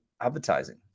advertising